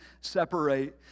separate